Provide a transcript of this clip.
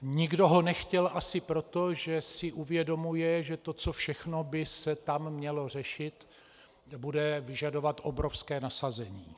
Nikdo ho nechtěl asi proto, že si uvědomuje, že to, co všechno by se tam mělo řešit, bude vyžadovat obrovské nasazení.